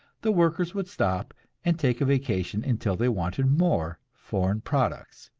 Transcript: the workers would stop and take a vacation until they wanted more foreign products.